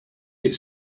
get